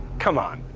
come on.